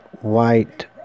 White